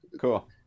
Cool